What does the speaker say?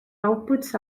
outputs